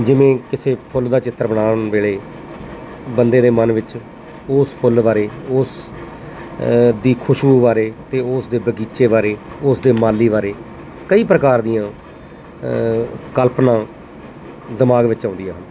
ਜਿਵੇਂ ਕਿਸੇ ਫੁੱਲ ਦਾ ਚਿੱਤਰ ਬਣਾਉਣ ਵੇਲੇ ਬੰਦੇ ਦੇ ਮਨ ਵਿੱਚ ਉਸ ਫੁੱਲ ਬਾਰੇ ਉਸ ਦੀ ਖੁਸ਼ਬੂ ਬਾਰੇ ਅਤੇ ਉਸ ਦੇ ਬਗੀਚੇ ਬਾਰੇ ਉਸ ਦੇ ਮਾਲੀ ਬਾਰੇ ਕਈ ਪ੍ਰਕਾਰ ਦੀਆਂ ਕਲਪਨਾ ਦਿਮਾਗ ਵਿੱਚ ਆਉਂਦੀਆਂ ਹਨ